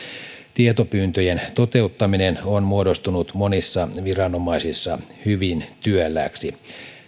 tietopyyntöjen toteuttaminen on muodostunut monissa viranomaisissa hyvin työlääksi